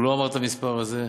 הוא לא אמר את המספר הזה,